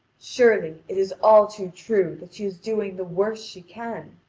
surely, it is all too true that she is doing the worst she can.